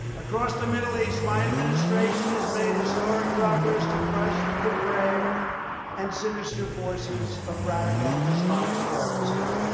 across the middle east, my administration has made historic progress to crush the depraved and sinister forces of radical islamic terrorism.